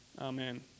Amen